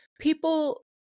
people